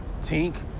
Tink